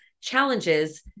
challenges